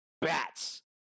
Bats